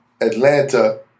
Atlanta